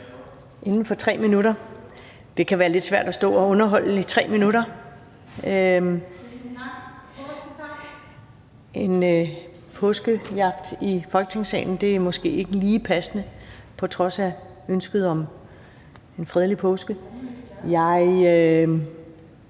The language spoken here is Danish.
inden for 3 minutter. Det kan være lidt svært at stå og underholde i 3 minutter. En påskejagt i Folketingssalen er måske ikke lige passende på trods af ønsket om en fredelig påske. Jeg